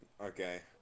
Okay